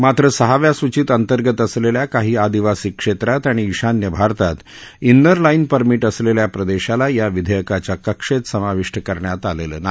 मात्र सहाव्या सूचित अंतर्गत असलेल्या काही आदिवासी क्षेत्रात आणि ईशान्य भारतात उर लाईन परमीट असलेल्या प्रदेशाला या विधेयकाच्या कक्षेत समाविष्ट करण्यात आलेलं नाही